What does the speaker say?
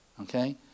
okay